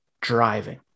driving